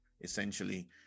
essentially